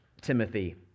Timothy